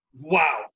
Wow